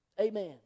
Amen